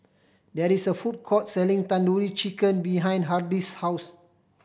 there is a food court selling Tandoori Chicken behind Hardie's house